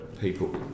people